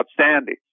outstanding